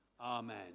Amen